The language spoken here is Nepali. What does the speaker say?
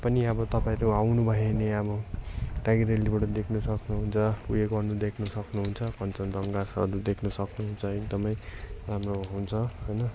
र पनि तपाईँहरू आउनु भयो भने अब टाइगर हिलबाट देख्नु सक्नुहुन्छ उयो गर्नु देख्नु सक्नुहुन्छ कञ्चनजङ्घाहरू देख्नु सक्नुहुन्छ एकदमै राम्रो हुन्छ होइन